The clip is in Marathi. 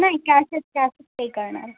नाही कॅशच कॅशच पे करणार